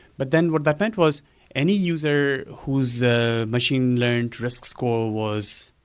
but then what that meant was any user who's ah machine learned risk score was,